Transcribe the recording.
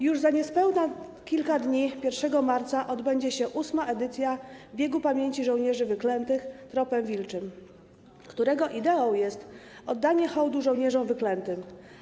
Już za niespełna kilka dni, 1 marca, odbędzie się ósma edycja Biegu Pamięci Żołnierzy Wyklętych - Tropem Wilczym, którego ideą jest oddanie hołdu żołnierzom wyklętym.